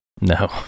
No